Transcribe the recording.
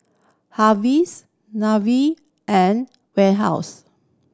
Nivea and Warehouse